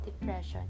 depression